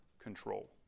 control